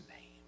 name